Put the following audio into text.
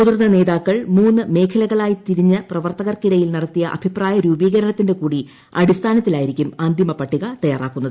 മുതിർന്ന നേതാക്കൾ മൂന്ന് മേഖ് ലുക്ളായി തിരിഞ്ഞ് പ്രവർത്തകർക്കിടയിൽ നടത്തിയ അഭിപ്രാ്യ രൂപീകരണത്തിന്റെ കൂടി അടിസ്ഥാനത്തിലായിരിക്കും അന്തിമ പട്ടിക തയ്യാറാക്കുന്നത്